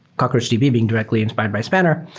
cockroachdb being directly inspired by spanner.